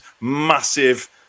massive